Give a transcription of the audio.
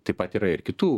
taip pat yra ir kitų